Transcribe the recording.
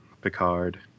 picard